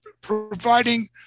providing